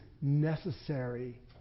necessary